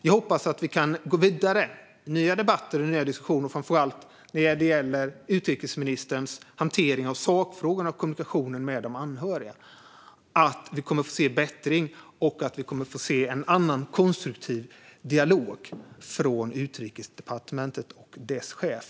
Jag hoppas att vi kan gå vidare i nya debatter och nya diskussioner, framför allt när det gäller utrikesministerns hantering av sakfrågorna och kommunikationen med de anhöriga. Jag hoppas också att vi kommer att få se bättring och att vi kommer att få se en annan, konstruktiv, dialog från Utrikesdepartementet och dess chef.